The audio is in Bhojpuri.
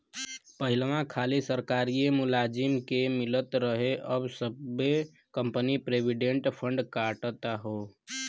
पहिलवा खाली सरकारिए मुलाजिम के मिलत रहे अब सब्बे कंपनी प्रोविडेंट फ़ंड काटत हौ